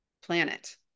planet